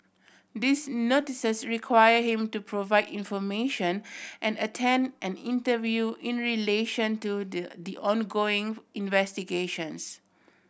these Notices require him to provide information and attend an interview in relation to the the ongoing investigations